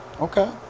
Okay